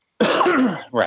Right